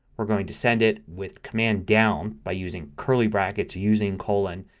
we're going to send it with command down by using curly brackets using colon,